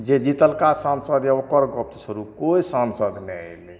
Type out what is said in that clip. जे जितलका सांसद यऽ ओकर गप छोड़ू कोइ सांसद नहि अयलै